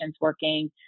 working